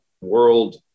world